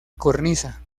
cornisa